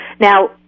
Now